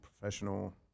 professional